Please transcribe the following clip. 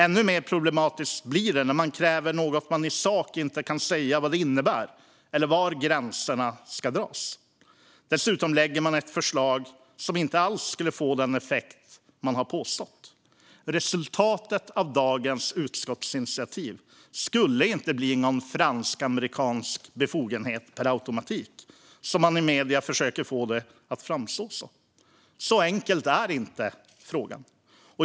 Ännu mer problematiskt blir det när man kräver något utan att i sak kunna säga vad det innebär eller var gränserna ska dras. Dessutom lägger man fram ett förslag som inte alls skulle få den effekt man har påstått. Resultatet av dagens utskottsinitiativ skulle inte per automatik bli några fransk-amerikanska befogenheter, som man i medierna försöker få det att framstå som. Så enkel är inte frågan.